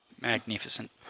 Magnificent